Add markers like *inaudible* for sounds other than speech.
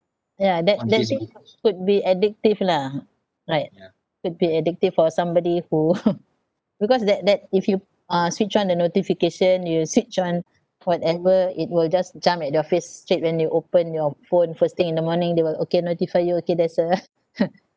yeah that that thing could be addictive lah right could be addictive for somebody who *laughs* because that that if you uh switch on the notification you switch on whatever it will just jump at your face straight when you open your phone first thing in the morning they will okay notify you okay there's a *laughs*